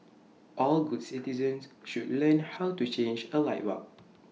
all good citizens should learn how to change A light bulb